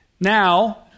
Now